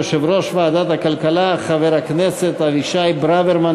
יושב-ראש ועדת הכלכלה חבר הכנסת אבישי ברוורמן